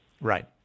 Right